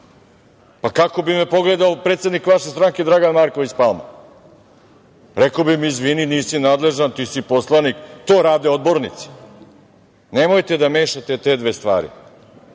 Kako bi me pogledao predsednik vaše stranke, Dragan Marković Palma? Rekao bi mi, izvini nisi nadležan ti si poslanik, to rade odbornici. Nemojte da mešate te dve stvari.